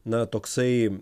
na toksai